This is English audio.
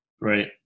Right